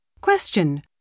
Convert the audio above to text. Question